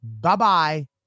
Bye-bye